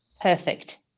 Perfect